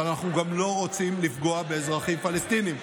אבל אנחנו גם לא רוצים לפגוע באזרחים פלסטינים.